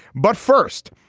but first,